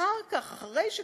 אחר כך,